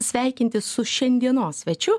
sveikintis su šiandienos svečiu